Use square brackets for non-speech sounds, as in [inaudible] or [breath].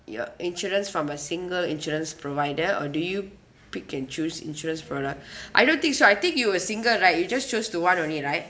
you insurance from a single insurance provider or do you pick and choose insurance for like [breath] I don't think so I think you were single right you just choose to one only right